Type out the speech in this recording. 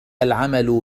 العمل